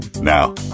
Now